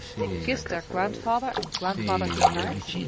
they kissed their grandfather and grandmother good-night,